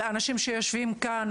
לאנשים שיושבים כאן,